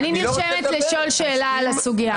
אני נרשמת לשאול שאלה על הסוגיה,